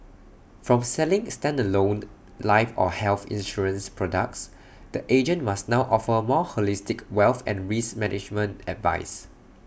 from selling standalone life or health insurance products the agent must now offer more holistic wealth and risk management advice